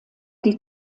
die